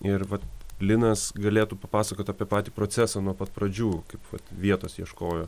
ir vat linas galėtų papasakot apie patį procesą nuo pat pradžių kaip vat vietos ieškojo